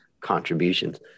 contributions